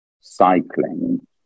cycling